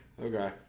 Okay